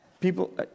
people